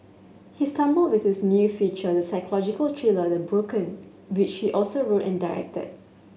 he stumbled with his new feature the psychological thriller The Broken which he also wrote and directed